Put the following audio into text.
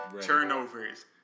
turnovers